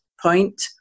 Point